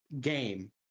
game